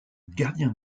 gardien